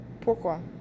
pourquoi